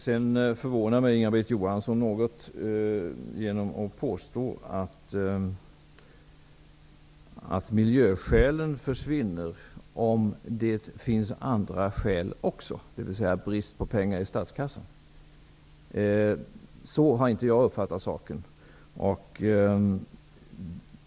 Inga-Britt Johansson förvånar mig något genom att påstå att miljöskälen för en åtgärd försvinner om det finns andra skäl också, dvs. brist på pengar i statskassan. Så har inte jag uppfattat saken.